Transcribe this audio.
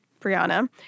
Brianna